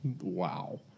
Wow